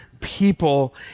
people